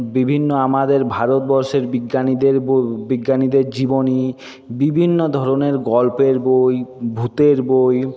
বিভিন্ন আমাদের ভারতবর্ষের বিজ্ঞানীদের বিজ্ঞানীদের জীবনী বিভিন্ন ধরনের গল্পের বই ভূতের বই